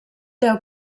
deu